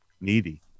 needy